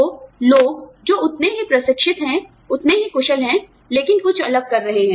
तो लोग जो उतने ही प्रशिक्षित हैं उतने ही कुशल हैं लेकिन कुछ अलग कर रहे हैं